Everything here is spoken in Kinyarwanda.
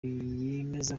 yemeza